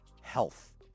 health